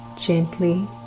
gently